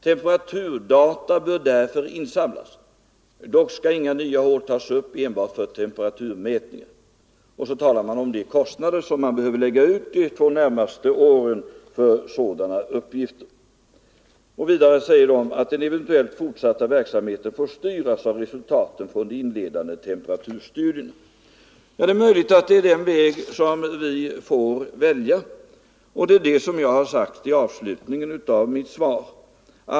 Temperaturdata bör därför insamlas men inga nya hål tas upp enbart för temperaturmätning, säger kommittén, och så talar den om de kostnader som man behöver lägga ut de två närmaste åren för sådana uppgifter. Vidare säger kommittén att den eventuellt fortsatta verksamheten får styras av resultaten från de inledande temperaturstudierna. Det är möjligt att det är den vägen som vi får välja, och det är det jag har sagt i avslutningen av mitt svar.